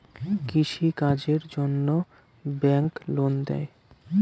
কৃষি কাজের জন্যে ব্যাংক লোন দেয়?